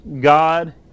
God